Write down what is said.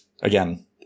again